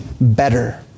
better